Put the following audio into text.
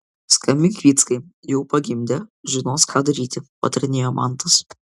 skambink vyckai jau pagimdė žinos ką daryti patarinėjo mantas